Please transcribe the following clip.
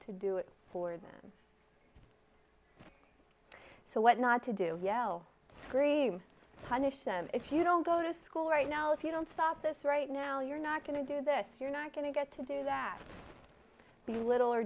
to do it for them so what not to do yell scream punish them if you don't go to school right now if you don't stop this right now you're not going to do this you're not going to get to do that be little or